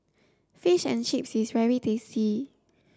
fish and chips is very tasty